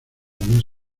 más